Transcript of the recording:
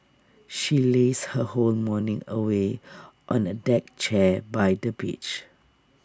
she lazed her whole morning away on A deck chair by the beach